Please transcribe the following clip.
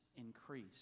increase